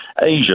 Asia